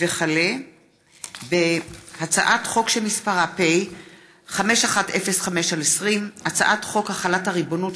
וכלה בהצעת חוק שמספרה פ/5105/20: הצעת חוק הביטוח הלאומי (תיקון,